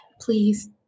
please